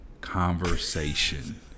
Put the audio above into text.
conversation